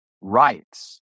rights